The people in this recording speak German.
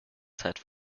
zeit